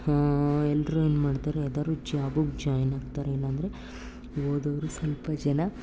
ಎಲ್ಲರೂ ಏನು ಮಾಡ್ತಾರೆ ಯಾವ್ದಾದ್ರೂ ಜ್ವಾಬಗೆ ಜಾಯ್ನ್ ಆಗ್ತಾರೆ ಇಲ್ಲ ಅಂದ್ರೆ ಓದೋರು ಸ್ವಲ್ಪ ಜನ